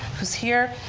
who's here.